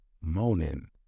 moaning